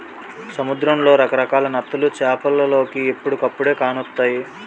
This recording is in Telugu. సముద్రంలో రకరకాల నత్తలు చేపలోలికి ఎప్పుడుకప్పుడే కానొస్తాయి